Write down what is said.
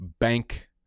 bank